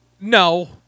No